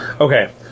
Okay